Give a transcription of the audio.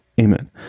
Amen